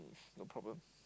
is no problems